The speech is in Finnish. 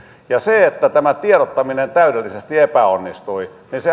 se että tämä tiedottaminen täydellisesti epäonnistui